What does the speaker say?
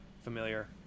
familiar